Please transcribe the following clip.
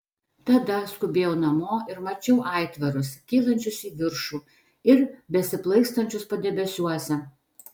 tada skubėjau namo ir mačiau aitvarus kylančius į viršų ir besiplaikstančius padebesiuose